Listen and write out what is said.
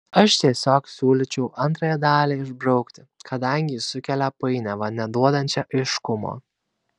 aš tiesiog siūlyčiau antrąją dalį išbraukti kadangi ji sukelia painiavą neduodančią aiškumo